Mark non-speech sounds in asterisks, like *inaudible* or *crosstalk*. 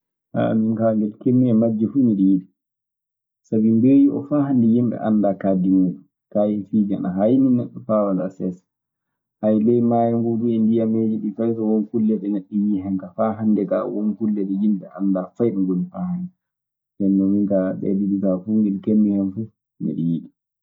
*hesitation* min kaa, ne ɗi keɓmi e majji fuu miɗe yiɗi sabi, mbeeyu oo faa hannde yimɓe anndaa kaaɗdi muuɗun. Kaayefiiji ana haaynii neɗɗo faa walaa seesa. *hesitation* ley maayo ngoo du e ndiyameeji ɗii, fay so won kulle ɗe neɗɗo yii hen kaa, faa hannde won kulle ɗe yimɓe annda fay ɗo ngoni faa haande. Ndeen non, min kaa ɗe ɗiɗi kaa fuu, ngel keɓmi hen fuu miɗe yiɗi.